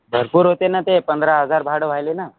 भरपूर होते ना ते पंधरा हजार भाडं व्हायला ना